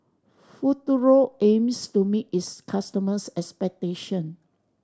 Futuro aims to meet its customers' expectation